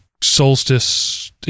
solstice